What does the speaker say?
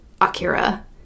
Akira